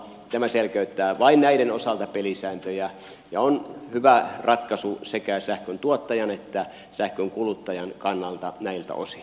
tämä selkeyttää vain näiden osalta pelisääntöjä ja on hyvä ratkaisu sekä sähkön tuottajan että sähkön kuluttajan kannalta näiltä osin